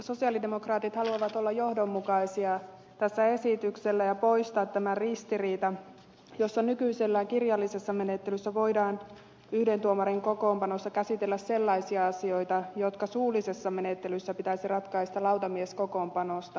sosialidemokraatit haluavat olla johdonmukaisia tässä esityksessä ja poistaa tämän ristiriidan jossa nykyisellään kirjallisessa menettelyssä voidaan yhden tuomarin kokoonpanossa käsitellä sellaisia asioita jotka suullisessa menettelyssä pitäisi ratkaista lautamieskokoonpanossa